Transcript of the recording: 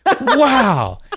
wow